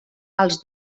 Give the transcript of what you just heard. els